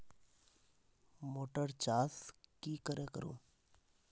Motor चास की करे करूम?